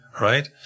right